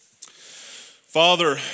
Father